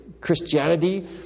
Christianity